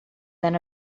than